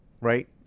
Right